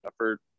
effort